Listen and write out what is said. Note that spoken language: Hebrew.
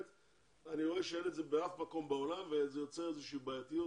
אני רואה שאין את זה באף מקום בעולם וזה יוצר איזושהי בעייתיות